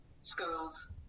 schools